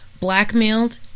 Blackmailed